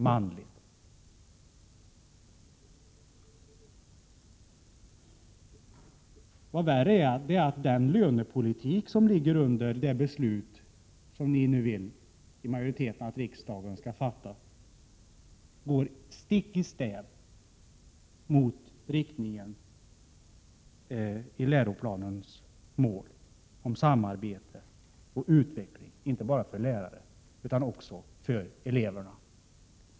Vad värre är är att den lönepolitik som är grunden till det beslut som ni i majoriteten nu vill att riksdagen skall fatta går stick i stäv mot riktningen i läroplanens mål om samarbete och utveckling, inte bara för lärarna utan också för eleverna.